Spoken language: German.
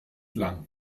lang